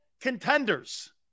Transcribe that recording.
contenders